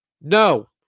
no